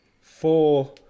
four